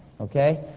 okay